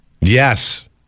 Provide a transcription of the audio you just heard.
Yes